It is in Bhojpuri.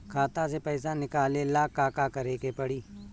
खाता से पैसा निकाले ला का का करे के पड़ी?